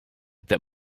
that